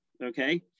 okay